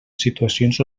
situacions